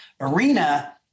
arena